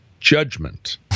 judgment